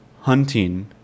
hunting